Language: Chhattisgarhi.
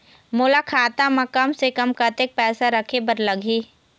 मोला खाता म कम से कम कतेक पैसा रखे बर लगही?